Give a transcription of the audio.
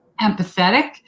empathetic